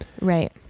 Right